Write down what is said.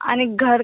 आणि घर